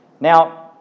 Now